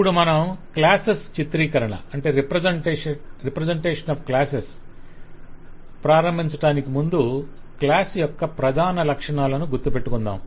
ఇప్పుడు మనం క్లాసేస్ చిత్రీకరణ ప్రారంభించడానికి ముందు క్లాస్ యొక్క ప్రధాన లక్షణాలను గుర్తుపెట్టుకొందాం